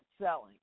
selling